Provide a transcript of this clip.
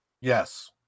Yes